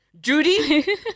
Judy